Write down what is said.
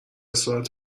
صورت